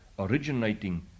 originating